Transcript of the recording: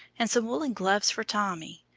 and some woolen gloves for tommy.